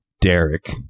Derek